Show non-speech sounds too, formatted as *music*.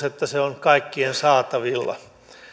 *unintelligible* että se on kaikkien saatavilla